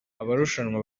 abarushanwa